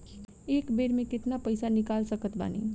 एक बेर मे केतना पैसा निकाल सकत बानी?